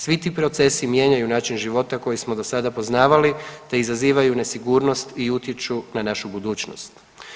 Svi ti procesi mijenjaju način života koji smo do sada poznavali te izazivaju sigurnost i utječu na našu budućnost.